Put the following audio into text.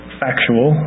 factual